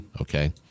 Okay